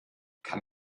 kann